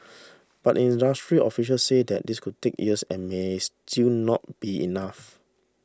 but industry officials say this could take years and may still not be enough